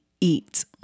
eat